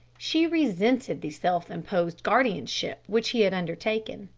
she resented the self-imposed guardianship which he had undertaken,